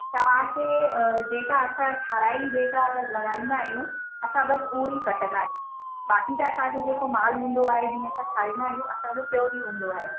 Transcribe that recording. तव्हांखे जेका असां ठहाराई जेका लॻाईंदा आहियूं असां बसि उहेई कटंदा आहियूं बाक़ी त असांजो जेको मालु हूंदो आहे जीअं त ठाहींदा आहियूं असांजो प्योर ई हूंदो आहे